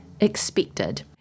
expected